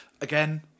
Again